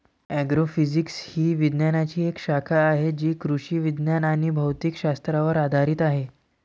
agrophysics ही विज्ञानाची एक शाखा आहे जी कृषी विज्ञान आणि भौतिक शास्त्रावर आधारित आहे